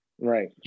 right